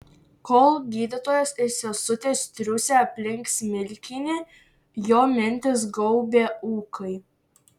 kol gydytojas ir sesutės triūsė aplink smilkinį jo mintis gaubė ūkai